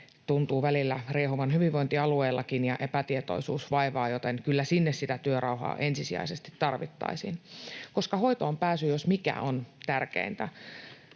tuntuu välillä riehuvan hyvinvointialueillakin, ja epätietoisuus vaivaa, joten kyllä sinne sitä työrauhaa ensisijaisesti tarvittaisiin. Hoitoonpääsy jos mikä on tärkeintä,